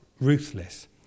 ruthless